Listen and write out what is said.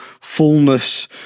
fullness